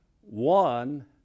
One